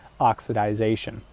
oxidization